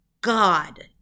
god